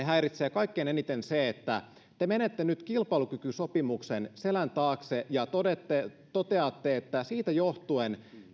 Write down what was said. häiritsee kaikkein eniten se että te menette nyt kilpailukykysopimuksen selän taakse ja toteatte että siitä johtuen